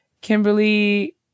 Kimberly